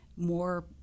more